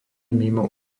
mimo